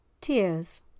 Tears